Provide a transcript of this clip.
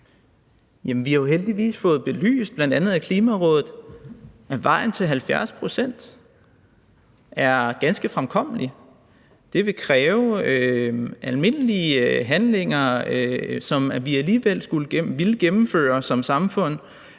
vi har jo heldigvis fået belyst af bl.a. Klimarådet, at vejen til 70 pct. er ganske fremkommelig. Det vil kræve almindelige handlinger, som vi alligevel ville gennemføre som samfund,